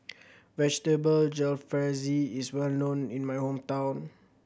Vegetable Jalfrezi is well known in my hometown